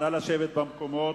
נא לשבת במקומות.